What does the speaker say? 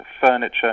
furniture